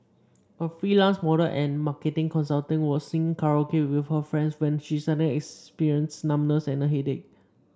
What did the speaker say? a freelance model and marketing consultant was singing karaoke with her friends when she suddenly experienced numbness and a headache